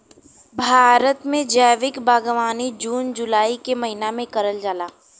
भारत में जैविक बागवानी जून जुलाई के महिना में करल जाला